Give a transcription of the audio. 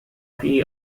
فيه